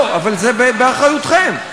זה לא תלוי, לא, אבל זה באחריותכם.